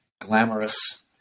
glamorous